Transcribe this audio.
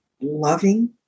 loving